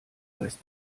presst